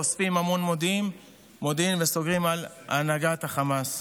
אוספים המון מודיעין וסוגרים על הנהגת החמאס.